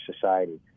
society